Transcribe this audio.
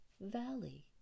Valley